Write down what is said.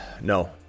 No